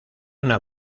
una